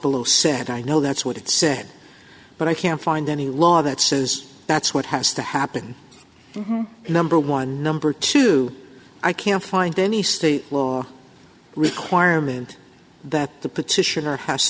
below said i know that's what it said but i can't find any law that says that's what has to happen number one number two i can't find any state law requirement that the petitioner has